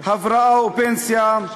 הבראה ופנסיה.